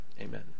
Amen